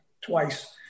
twice